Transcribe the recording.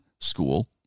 school